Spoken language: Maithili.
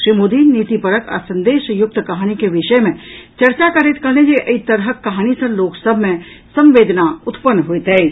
श्री मोदी नीतिपरक आ संदेशयुक्त कहानी के विषय मे चर्चा करैत कहलनि जे एहि तरहक कहानी सॅ लोकसभ मे संवेदना उत्पन्न होइत अछि